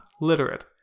literate